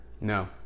No